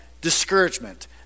discouragement